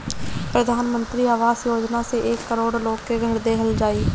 प्रधान मंत्री आवास योजना से एक करोड़ लोग के घर देहल जाई